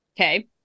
Okay